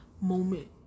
moment